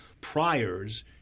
priors